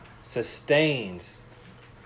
sustains